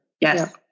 yes